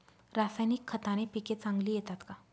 रासायनिक खताने पिके चांगली येतात का?